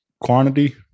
quantity